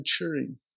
maturing